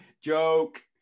Joke